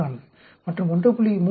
0014 மற்றும் 1